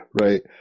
Right